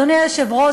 אדוני היושב-ראש,